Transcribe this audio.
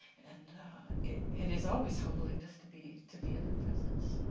and it is always humbling just to be to be in their presence.